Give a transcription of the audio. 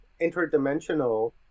interdimensional